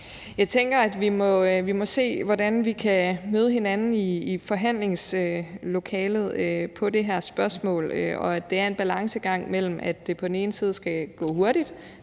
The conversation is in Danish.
Jeg tænker, at vi må se, hvordan vi kan møde hinanden i forhandlingslokalet vedrørende det her spørgsmål, og at det er en balancegang mellem, at det på den ene side skal gå hurtigt